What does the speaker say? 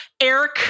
Eric